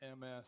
MS